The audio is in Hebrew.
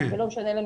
ולא משנה לנו